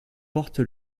porte